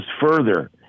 further